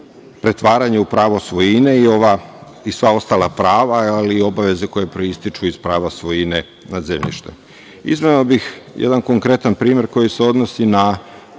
pretvaranje u pravo svojine i sva ostala prava, ali i obaveze koje proističu iz prava svojine nad zemljištem. Izneo bih jedan konkretan primeri koji se odnosi na